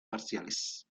marciales